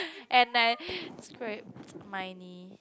and I scrape my knee